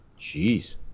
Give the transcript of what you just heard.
Jeez